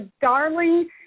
darling